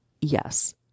yes